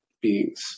beings